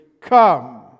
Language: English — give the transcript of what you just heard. come